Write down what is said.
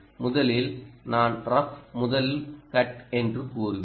முதலில் நான் ரஃப் முதல் கட் என்று கூறுவேன்